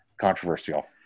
controversial